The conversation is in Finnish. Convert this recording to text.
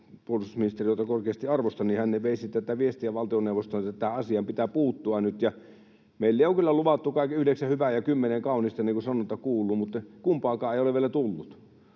puolustusministeri, jota korkeasti arvostan, veisi tätä viestiä valtioneuvostoon, että tähän asiaan pitää puuttua nyt. Meille on kyllä luvattu yhdeksän hyvää ja kymmenen kaunista, niin kuin sanonta kuuluu, mutta kumpaakaan ei ole vielä tullut,